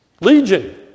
Legion